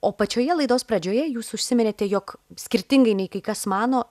o pačioje laidos pradžioje jūs užsiminėte jog skirtingai nei kai kas mano